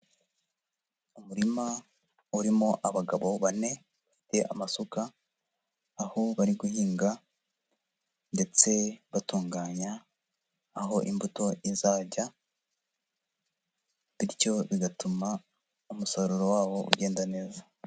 Umurima urimo abagabo bane, bafite amasuka, aho bari guhinga, ndetse batunganya aho imbuto izajya, bityo bigatuma umusaruro wabo ugenda neza.